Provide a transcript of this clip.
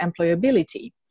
employability